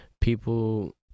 people